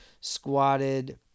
squatted